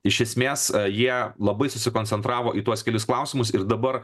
iš esmės jie labai susikoncentravo į tuos kelis klausimus ir dabar